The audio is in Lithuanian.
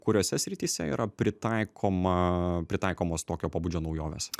kuriose srityse yra pritaikoma pritaikomos tokio pobūdžio naujovės